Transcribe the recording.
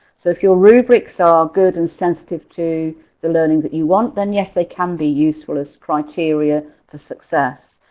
so if your rubrics are good and sensitive to the learning that you want then, yes they can be useful as criteria for success.